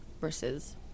versus